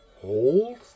Hold